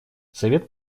совет